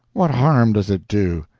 what harm does it do?